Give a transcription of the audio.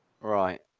Right